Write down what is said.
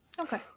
Okay